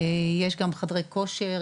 יש גם חדרי כושר,